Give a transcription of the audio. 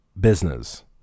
business